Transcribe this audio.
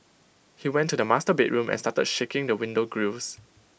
he went to the master bedroom and started shaking the window grilles